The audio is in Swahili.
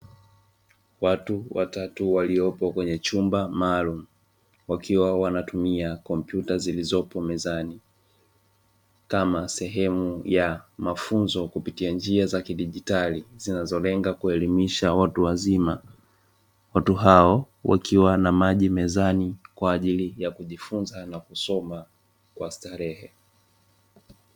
Watu watatu waliopo kwenye chumba maalum wakiwa wanatumia kompyuta zilizopo mezani kama sehemu ya mafunzo kupitia njia za kidijitali zinazolenga kuelimisha watu wazima, watu hao wakiwa na maji mezani kwa ajili ya kujifunza na kusoma kwa starehe.